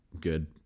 good